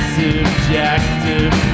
subjective